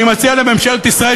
אני מציע לממשלת ישראל,